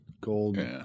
gold